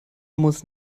muss